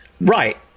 Right